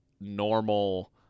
normal